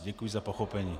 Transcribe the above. Děkuji za pochopení.